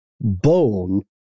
bone